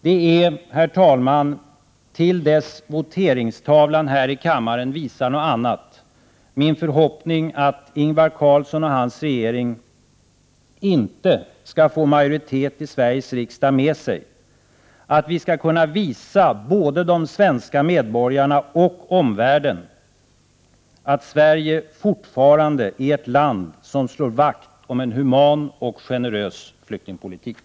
Det är, herr talman, till dess voteringstavlan här i kammaren visar något annat, min förhoppning att Ingvar Carlsson och hans regering inte skall få majoriteten i Sveriges riksdag med sig, att vi skall kunna visa både de svenska medborgarna och omvärlden att Sverige fortfarande är ett land som slår vakt om en human och generös flyktingpolitik.